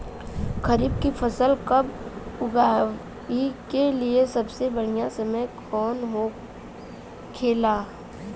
खरीफ की फसल कब उगाई के लिए सबसे बढ़ियां समय कौन हो खेला?